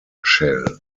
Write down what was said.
shell